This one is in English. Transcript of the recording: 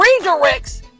redirects